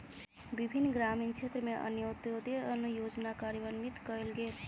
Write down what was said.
विभिन्न ग्रामीण क्षेत्र में अन्त्योदय अन्न योजना कार्यान्वित कयल गेल